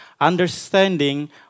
understanding